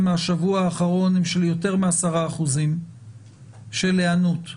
מהשבוע האחרון הם של יותר מ-10% של היענות.